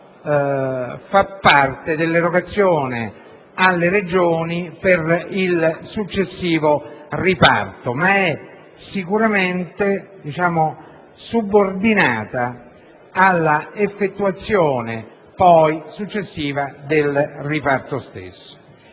fa parte dell'erogazione alle Regioni per il successivo riparto, anche se è subordinata all'effettuazione successiva dello stesso.